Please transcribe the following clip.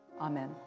amen